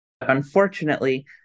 Unfortunately